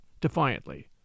defiantly